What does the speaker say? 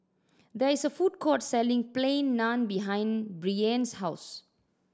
there is a food court selling Plain Naan behind Brianne's house